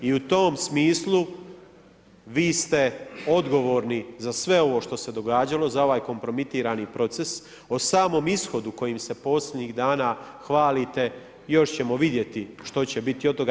I u tom smislu, vi ste odgovorni za sve ovo što se događalo, za ovaj kompromitirani proces, o samom ishodu kojim se posljednjih dana hvalite, još ćemo vidjeti što će biti od toga.